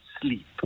sleep